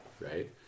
right